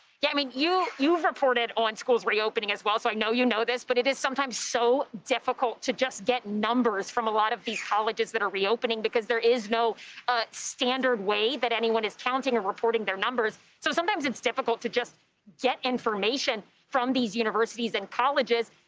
yeah i mean, you you reported on schools reopening as well. so i know you know this. but it is sometimes so difficult to just get numbers from a lot of these colleges that are reopening. because there is no ah standard way that anyone is counting or reporting their numbers. so sometimes it's difficult to just get information from these universities and colleges.